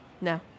No